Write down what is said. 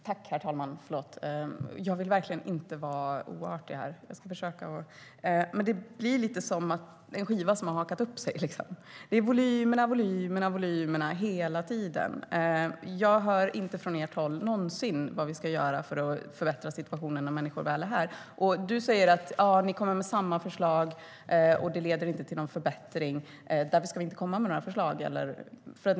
Herr talman! Jag vill verkligen inte vara oartig, men det är lite som en skiva som hakat upp sig. Det är volymerna, volymerna, volymerna hela tiden. Jag hör inte någonsin från ert håll vad vi ska göra för att förbättra situationen när människor väl är här, Markus Wiechel. Du säger att vi kommer med samma förslag men att det inte leder till någon förbättring och att vi därför inte ska komma med några förslag.